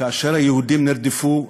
כאשר היהודים נרדפו,